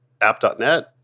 app.net